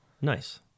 Nice